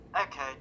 Okay